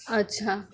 अच्छा